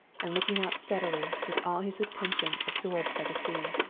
and looking out steadily, with all his attention absorbed by the sea.